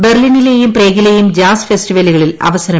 ബെർലിനിലെയും പ്രേഗിലെയും ജാസ് ഐസ്റ്റിവലുകളിൽ അവസരം